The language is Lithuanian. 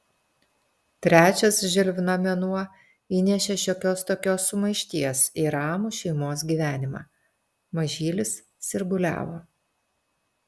trečias žilvino mėnuo įnešė šiokios tokios sumaišties į ramų šeimos gyvenimą mažylis sirguliavo